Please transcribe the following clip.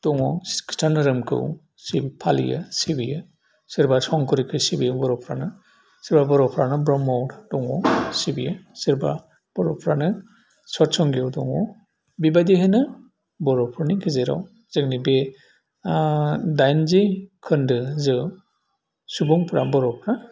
दङ खृष्टीन धोरोमखौ सि फालियो सिबियो सोरबा संकरखौ सिबियो बर'फ्रानो सोरबा बर'फ्रानो ब्रह्म दङ सिबियो सोरबा बर'फ्रानो सत संगिआव दङ बेबायदिहायनो बर'फोरनि गेजेराव जोंनि बे दाइनजि खोन्दो जों सुबुंफोरा बर'फ्रा